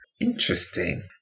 Interesting